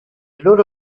loro